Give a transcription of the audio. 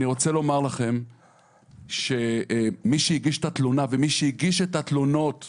אני רוצה לומר לכם שמי שהגיש את התלונה ומי שהגיש את התלונות בעבר,